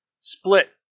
Split